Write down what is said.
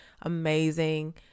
amazing